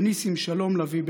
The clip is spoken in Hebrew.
וניסים שלום לביא,